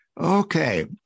Okay